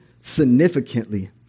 significantly